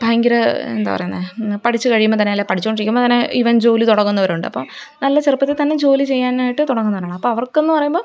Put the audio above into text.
ഭയങ്കര എന്താണു പറയുന്നെ പഠിച്ചു കഴിയുമ്പോള്ത്ത ന്നെ അല്ലെങ്കില് പഠിച്ചുകൊണ്ടിരിക്കുമ്പോള്ത്തന്നെ ഈവൻ ജോലി തുടങ്ങുന്നവരുണ്ട് അപ്പോള് നല്ല ചെറുപ്പത്തില്ത്തന്നെ ജോലി ചെയ്യാനായിട്ട് തുടങ്ങുന്നവരാണ് അപ്പോള് അവർക്കെന്നു പറയുമ്പോള്